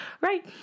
right